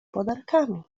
podarkami